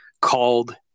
called